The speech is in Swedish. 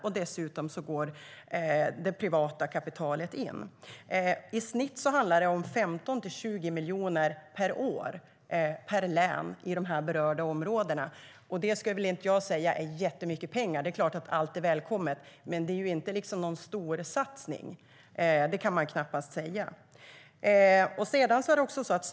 Och dessutom går det privata kapitalet in. I snitt handlar det om 15-20 miljoner per år, per län i de berörda områdena. Det är inte jättemycket pengar, skulle jag vilja säga. Allt är såklart välkommet, men man kan knappast säga att det är någon storsatsning.